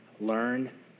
learn